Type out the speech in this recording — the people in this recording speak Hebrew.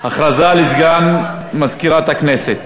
הודעה לסגן מזכירת הכנסת.